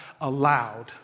allowed